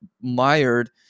mired